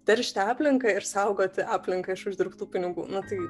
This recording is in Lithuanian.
teršti aplinką ir saugoti aplinką iš uždirbtų pinigų na tai